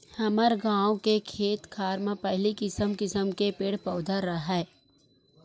हमर गाँव के खेत खार म पहिली किसम किसम के पेड़ पउधा राहय